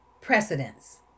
precedence